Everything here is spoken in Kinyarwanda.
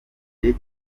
gihe